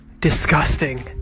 disgusting